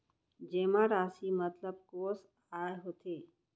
जेमा राशि मतलब कोस आय होथे?